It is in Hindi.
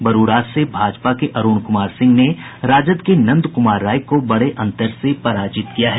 बरूराज से भाजपा के अरूण कुमार सिंह ने राजद के नंद कुमार राय को बड़े अंतर से पराजित किया है